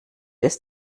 ist